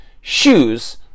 Shoes